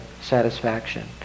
satisfaction